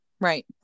Right